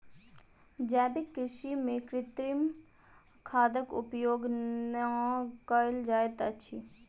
जैविक कृषि में कृत्रिम खादक उपयोग नै कयल जाइत अछि